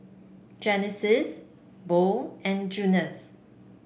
Genesis Bo and Junius